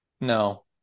No